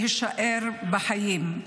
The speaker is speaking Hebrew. להישאר בחיים.